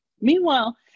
Meanwhile